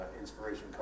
inspiration